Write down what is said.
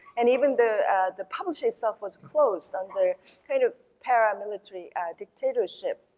and even the the publisher itself was closed under kind of paramilitary dictatorship